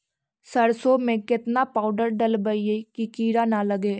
सरसों में केतना पाउडर डालबइ कि किड़ा न लगे?